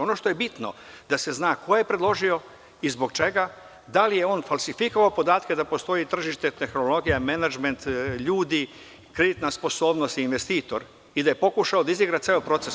Ono što je bitno, jeste da se zna ko je predložio i zbog čega, da li je on falsifikovao podatke da postoji tržište tehnologija, menadžment, ljudi, kreditna sposobnost, investitor i da je pokušao da izigra ceo proces.